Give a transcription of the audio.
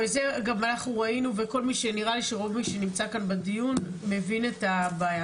זה גם אנחנו ראינו וכל מי שנראה לי שנמצא כאן בדיון מבין את הבעיה.